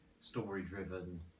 story-driven